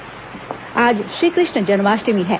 जन्माष्टमी आज श्रीकृष्ण जन्माष्टमी है